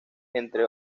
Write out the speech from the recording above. entre